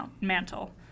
mantle